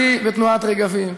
פעלתי ברגבים,